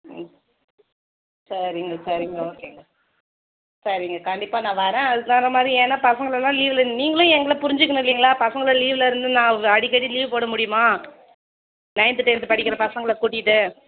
ம் சரிங்க சரிங்க ஓகேங்க சரிங்க கண்டிப்பாக நான் வரேன் அதுக்கு தகுந்த மாதிரி ஏன்னால் பசங்களெல்லாம் லீவில் நீங்களும் எங்களை புரிஞ்சுக்கணும் இல்லைங்களா பசங்களை லீவில் இருந்து நான் அடிக்கடி லீவு போட முடியுமா நைந்த் டென்த் படிக்கிற பசங்களை கூட்டிகிட்டு